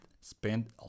spend